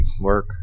work